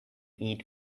eat